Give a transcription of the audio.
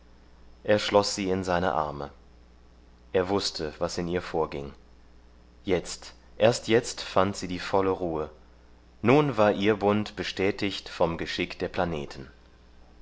er schloß sie in seine arme er wußte was in ihr vorging jetzt erst jetzt fand sie die volle ruhe nun war ihr bund bestätigt vom geschick der planeten